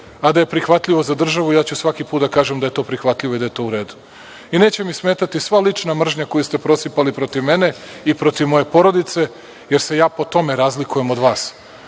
a da je prihvatljivo za državu ja ću svaki put da kažem da je to prihvatljivo i da je to u redu. Neće mi smetati sva lična mržnja koju ste prosipali protiv mene i protiv moje porodice, jer se ja po tome razlikujem od vas.